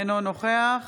אינו נוכח